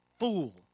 Fool